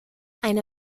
eine